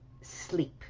sleep